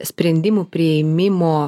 sprendimų priėmimo